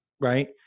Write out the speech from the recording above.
right